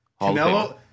Canelo